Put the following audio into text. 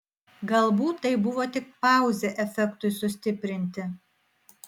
galbūt tai buvo tik pauzė efektui sustiprinti